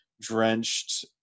drenched